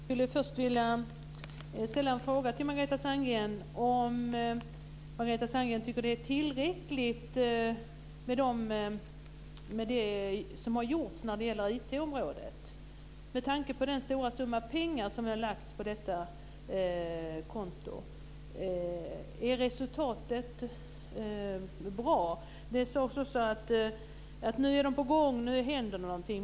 Fru talman! Jag skulle först vilja ställa en fråga till Margareta Sandgren. Tycker hon att det som har gjorts på IT-området är tillräckligt? Är resultatet bra med tanke på den stora summa pengar som har lagts på detta konto? Det sades att nu är man på gång, och nu händer det någonting.